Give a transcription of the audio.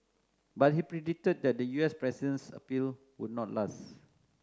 but he predicted that the U S president's appeal would not last